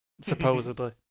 Supposedly